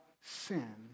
sin